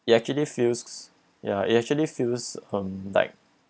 it actually feels ya it actually feels um like